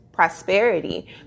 Prosperity